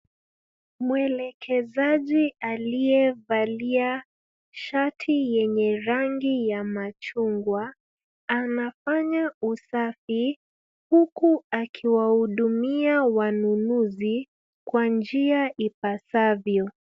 Mwelekezaji aliyevalia shati lenye rangi ya machungwa, anafanya usafi huku akiwahudumia wanunuzi kwa njia ipasavyo.